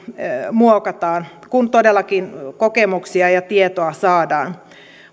muokataan kun todellakin kokemuksia ja tietoa saadaan